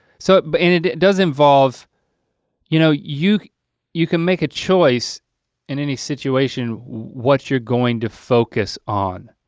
so but and it it does involve you know you. you can make a choice in any situation what you're going to focus on.